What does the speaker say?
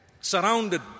surrounded